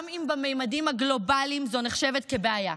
גם אם בממדים הגלובליים זו נחשבת כבעיה.